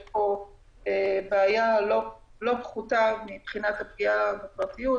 יש פה בעיה לא פחותה מבחינת הפגיעה בפרטיות,